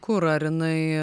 kur ar jinai